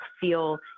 feel